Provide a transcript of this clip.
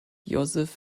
josef